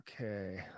okay